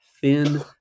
thin